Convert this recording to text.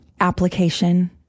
Application